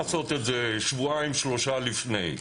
אי אפשר לעשות את זה שבועיים שלושה לפני האירוע,